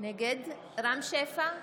נגד רם שפע,